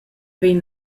vegn